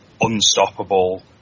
unstoppable